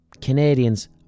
Canadians